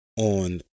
on